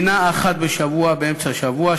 לינה אחת בשבוע באמצע השבוע,